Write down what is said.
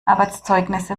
arbeitszeugnisse